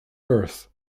birth